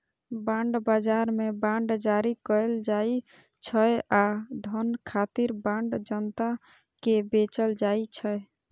bond बाजार मे bond जारी कैल जाइ छै आ धन खातिर बांड जनता कें बेचल जाइ छै